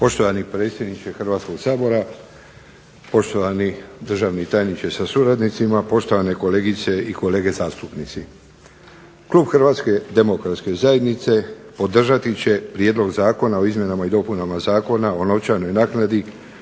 Poštovani predsjedniče Hrvatskog sabora, poštovani državni tajniče sa suradnicima, poštovane kolegice i kolege zastupnici. Klub Hrvatske demokratske zajednice podržati će prijedlog Zakona o izmjenama i dopunama Zakona o novčanoj naknadi